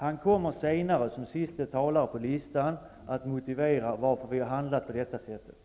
Han kommer senare, som sista talare på listan, att motivera varför vi har handlat på det sättet.